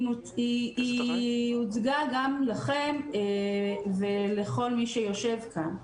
היא הוצגה גם לכם ולכל מי שיושב כאן.